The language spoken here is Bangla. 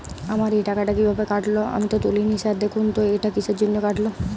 আমার এই টাকাটা কীভাবে কাটল আমি তো তুলিনি স্যার দেখুন তো এটা কিসের জন্য কাটল?